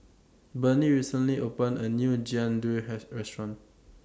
Burney recently opened A New Jian Dui has Restaurant